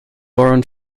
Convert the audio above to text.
boron